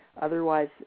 Otherwise